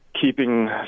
keeping